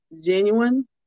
genuine